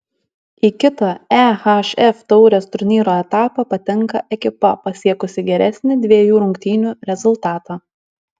į kitą ehf taurės turnyro etapą patenka ekipa pasiekusi geresnį dviejų rungtynių rezultatą